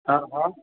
हा हा